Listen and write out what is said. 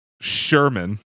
Sherman